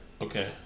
Okay